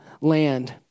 land